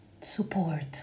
support